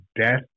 death